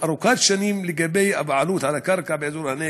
ארוכת שנים לגבי הבעלות על הקרקע באזור הנגב,